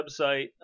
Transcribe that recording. website